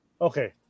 Okay